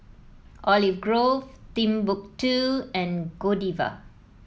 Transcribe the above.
Olive Grove Timbuk two and Godiva